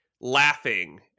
laughing